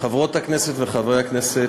חברות הכנסת וחברי הכנסת,